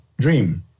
dream